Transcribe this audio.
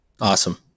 awesome